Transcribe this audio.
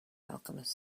alchemist